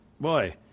boy